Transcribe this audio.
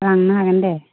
लांनो हागोन दे